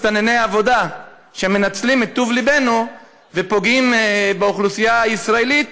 מסתנני עבודה שמנצלים את טוב ליבנו ופוגעים באוכלוסייה הישראלית,